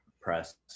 press